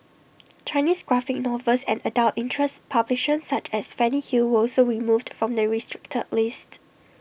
Chinese graphic novels and adult interest publications such as Fanny hill were also removed from the restricted list